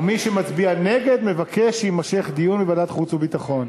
ומי שמצביע נגד מבקש שיימשך דיון בוועדת החוץ והביטחון.